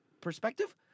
perspective